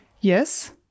Yes